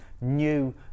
new